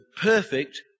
perfect